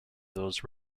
those